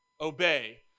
obey